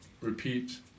repeat